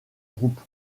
groupe